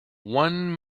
one